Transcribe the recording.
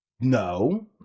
No